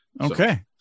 Okay